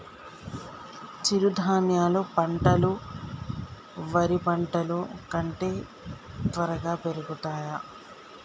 చిరుధాన్యాలు పంటలు వరి పంటలు కంటే త్వరగా పెరుగుతయా?